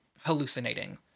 hallucinating